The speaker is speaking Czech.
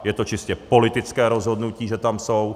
Je to čistě politické rozhodnutí, že tam jsou.